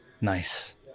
Nice